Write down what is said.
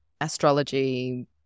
astrology